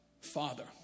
Father